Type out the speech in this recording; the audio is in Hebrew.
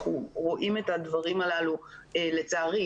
אנחנו רואים את הדברים הללו לצערי